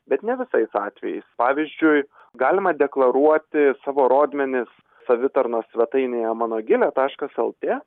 bet ne visais atvejais pavyzdžiui galima deklaruoti savo rodmenis savitarnos svetainėje mano gilė taškas lt